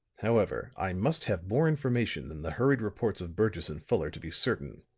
however, i must have more information than the hurried reports of burgess and fuller to be certain.